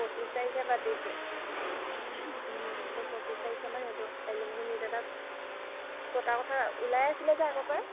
পঁচিছ তাৰিখে পাতিছে এই পঁচিছ তাৰিখে মান এইটো এলুমিনিমীট এটা পতা কথা ওলাই আছিলে যে আগৰে পৰাই